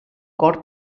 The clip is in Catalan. cor